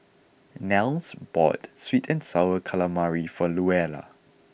Nels bought Sweet and Sour Calamari for Luella